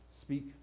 Speak